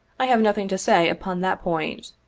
i have nothing to say upon that point.